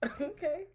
Okay